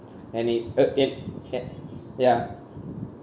and it uh it had ya